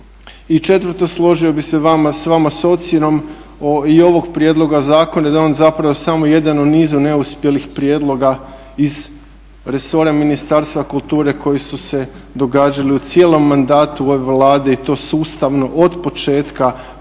Četvrto, složio bih se s vama s ocjenom i ovog prijedloga zakona da je on zapravo samo jedan u nizu neuspjelih prijedloga iz resora Ministarstva kulture koji su se događali u cijelom mandatu ove Vlade i to sustavno od početka